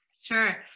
Sure